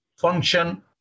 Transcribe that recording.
function